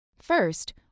First